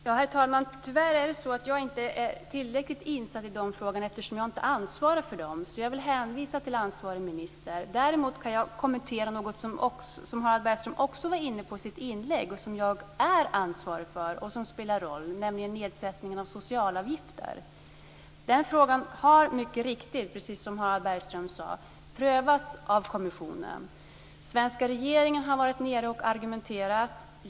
Herr talman! Tyvärr är jag inte tillräckligt insatt i de frågorna, eftersom jag inte ansvarar för dem. Jag vill därför hänvisa till ansvarig minister. Däremot kan jag kommentera något som Harald Bergström också var inne på i sitt inlägg, som jag är ansvarig för och som spelar roll, nämligen nedsättningen av socialavgifter. Frågan har mycket riktigt, precis som Harald Bergström sade, prövats av kommissionen. Svenska regeringen har varit nere och argumenterat.